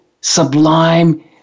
sublime